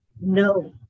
no